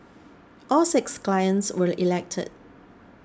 all six clients were elected